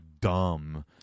dumb